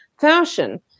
fashion